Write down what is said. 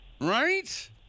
Right